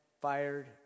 fired